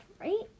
right